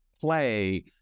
play